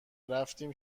رفتیم